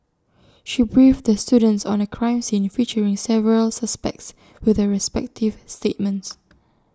she briefed the students on A crime scene featuring several suspects with their respective statements